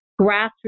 grassroots